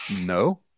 No